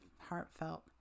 heartfelt